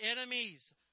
enemies